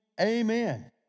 amen